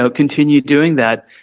ah continue doing that,